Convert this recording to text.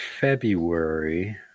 February